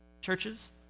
churches